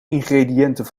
ingrediënten